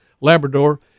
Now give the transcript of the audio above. Labrador